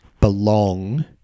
belong